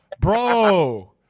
bro